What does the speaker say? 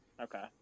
Okay